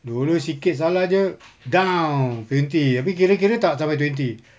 dulu sikit salah jer down twenty tapi kira kira tak sampai twenty